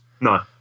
No